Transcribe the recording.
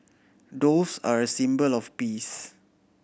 doves are a symbol of peace